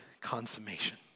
consummation